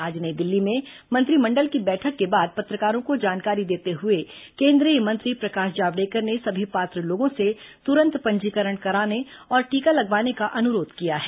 आज नई दिल्ली में मंत्रिमंडल की बैठक के बाद पत्रकारों को जानकारी देते हुए केंद्रीय मंत्री प्रकाश जावड़ेकर ने सभी पात्र लोगों से तुरंत पंजीकरण कराने और टीका लगवाने का अनुरोध किया है